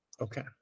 okay